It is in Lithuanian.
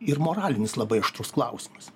ir moralinis labai aštrus klausimas